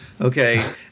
okay